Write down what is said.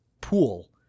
pool